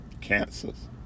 Cancers